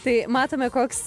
tai matome koks